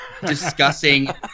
discussing